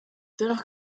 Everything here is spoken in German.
dennoch